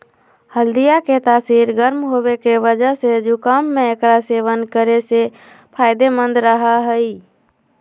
हल्दीया के तासीर गर्म होवे के वजह से जुकाम में एकरा सेवन करे से फायदेमंद रहा हई